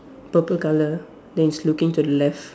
purple colour then it's looking to the left